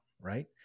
right